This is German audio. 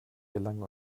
gelangen